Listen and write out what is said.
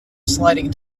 sliding